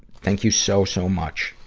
thank you so, so much.